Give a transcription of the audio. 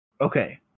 Okay